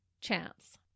chance